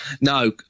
no